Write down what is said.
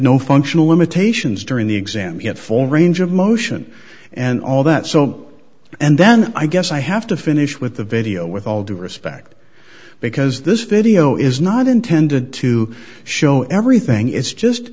no functional limitations during the exam yet for range of motion and all that so and then i guess i have to finish with the video with all due respect because this video is not intended to show everything is just